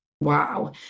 wow